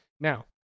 Now